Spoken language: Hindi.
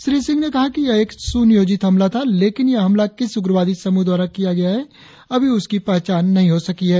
श्री सिंह ने कहा कि यह एक सुनियोजित हमला था लेकिन यह हमला किस उग्रवादी समूह द्वारा किया गया है अभी उसकी पहचान नही हो सकी है